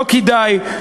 לא כדאי.